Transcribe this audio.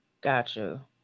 gotcha